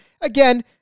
Again